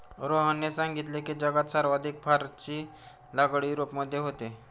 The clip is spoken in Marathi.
रोहनने सांगितले की, जगात सर्वाधिक फरची लागवड युरोपमध्ये होते